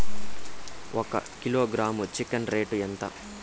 ఒక kilogram chicken rate ఎంత?